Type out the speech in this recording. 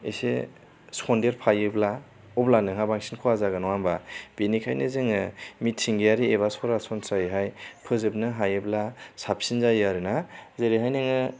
इसे सन्देरफायोब्ला अब्ला नोंहा बांसिन खहा जागोन नङा होम्बा बेनिखायनो जोङो मिथिंगायारि एबा सरासनस्रायैहाय फोजोबनो हायोब्ला साबसिन जायो आरो ना जेरैहाय नोङो